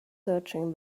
searching